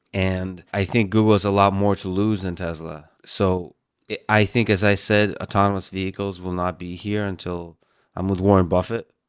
and i think google has a lot more to lose than tesla. so i think, as i said, autonomous vehicles will not be here until i'm with warren buffett.